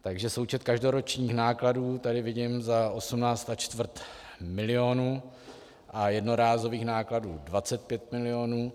Takže součet každoročních nákladů tady vidím za 18 a čtvrt milionu a jednorázových nákladů 25 milionů.